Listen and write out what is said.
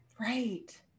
Right